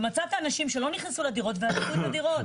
ומצא את האנשים שלא נכנסו לדירות ועזבו את הדירות.